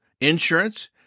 insurance